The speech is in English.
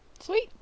sweet